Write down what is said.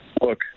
look